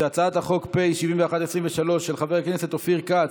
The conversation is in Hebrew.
שהצעת חוק פ/71/23, של חבר הכנסת אופיר כץ,